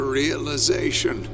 realization